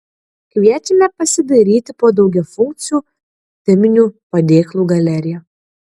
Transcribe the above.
kviečiame pasidairyti po daugiafunkcių teminių padėklų galeriją